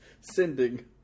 Sending